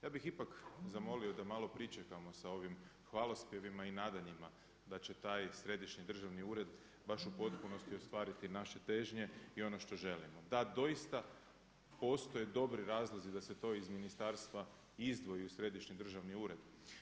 Ja bih ipak zamolio da mal pričekamo sa ovim hvalospjevima i nadanjima da će taj Središnji državni ured baš u potpunosti ostvariti naše težnje i ono što želimo da doista postoje dobri razlozi da se to iz ministarstva izdvoji u središnji državni ured.